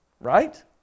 Right